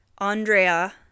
Andrea